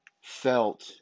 felt